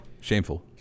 Shameful